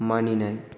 मानिनाय